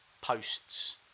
posts